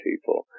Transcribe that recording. people